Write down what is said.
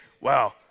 wow